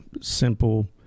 simple